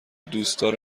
دوستدار